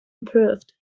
improved